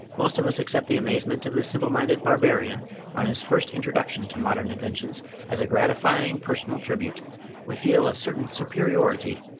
most of us accept the amazement of the simple-minded barbarian on his first introduction to modern inventions as a gratifying personal tribute we feel a certain superiority,